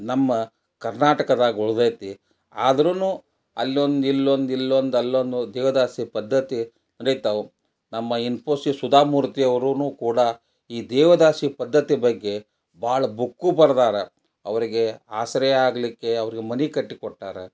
ನಮ್ಮ ಕರ್ನಾಟಕದಾಗ ಉಳಿದೈತಿ ಆದ್ರೂ ಅಲ್ಲೊಂದು ಇಲ್ಲೊಂದು ಇಲ್ಲೊಂದು ಅಲ್ಲೊಂದು ದೇವದಾಸಿ ಪದ್ಧತಿ ನಡಿತಾವೆ ನಮ್ಮ ಇನ್ಫೋಸಿಸ್ ಸುಧಾಮೂರ್ತಿಯವ್ರೂ ಕೂಡ ಈ ದೇವದಾಸಿ ಪದ್ಧತಿ ಬಗ್ಗೆ ಭಾಳ ಬುಕ್ಕೂ ಬರೆದಾರ ಅವರಿಗೆ ಆಸರೆ ಆಗಲಿಕ್ಕೆ ಅವ್ರಿಗೆ ಮನೆ ಕಟ್ಟಿ ಕೊಟ್ಟಾರ